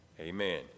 amen